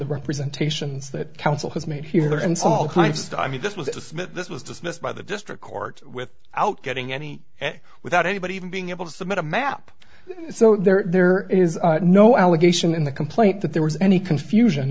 the representation that council has made here and so all kind of stuff i mean this was it was this was dismissed by the district court with out getting any way without anybody even being able to submit a map so there is no allegation in the complaint that there was any confusion